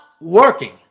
working